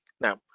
Now